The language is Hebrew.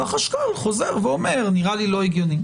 והחשכ"ל חוזר ואומר: נראה לי לא הגיוני.